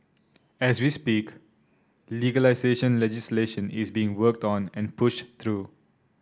as we speak legalisation legislation is being worked on and pushed through